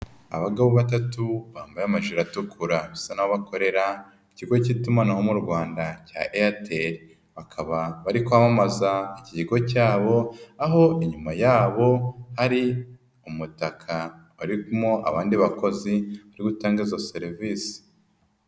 Abagabo batatu bambaye amajire atukura basa n'abakorera ikigo cy'itumanaho mu Rwanda cya Airtel, bakaba bari kwamamaza iki kigo cyabo, aho inyuma yabo hari umutaka harimo abandi bakozi bari gutanga izo serivise.